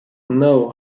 know